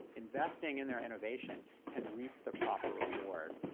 investing in their innovation, can reap the proper reward.